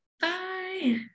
Bye